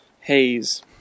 haze